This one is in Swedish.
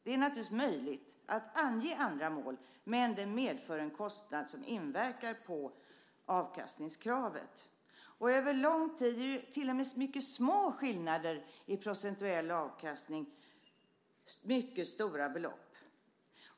Det är naturligtvis möjligt att ange andra mål, men det medför en kostnad som inverkar på avkastningskravet. Över lång tid ger till och med mycket små skillnader i procentuell avkastning mycket stora belopp.